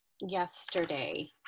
yesterday